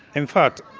in fact,